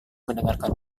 mendengarkan